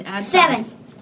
Seven